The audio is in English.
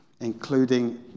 including